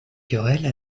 querelles